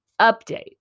update